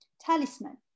talisman